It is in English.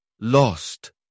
lost